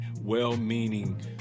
well-meaning